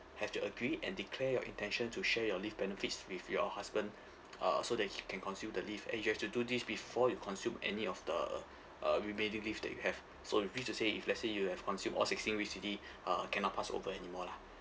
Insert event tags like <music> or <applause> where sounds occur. have to agree and declare your intention to share your leave benefits with your husband uh so that he can consume the leave and you have to do this before you consume any of the uh remaining leave that you have so it means to say if let's say you have consumed all sixteen weeks already <breath> uh cannot pass over anymore lah